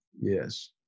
Yes